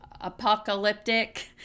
apocalyptic